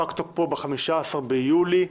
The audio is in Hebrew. פג תוקפו -15 ביולי,